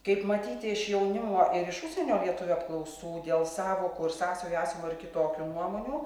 kaip matyti iš jaunimo ir iš užsienio lietuvių apklausų dėl sąvokų ir sąsajų esama ir kitokių nuomonių